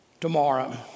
tomorrow